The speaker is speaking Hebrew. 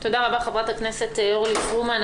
תודה רבה, חברת הכנסת אורלי פרומן.